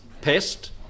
Pest